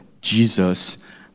Jesus